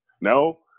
No